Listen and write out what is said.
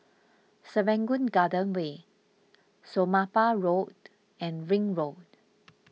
Serangoon Garden Way Somapah Road and Ring Road